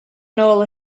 nôl